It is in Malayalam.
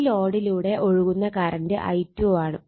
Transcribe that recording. ഈ ലോഡിലൂടെ ഒഴുകുന്ന കറണ്ട് I2 ആണ്